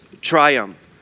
triumph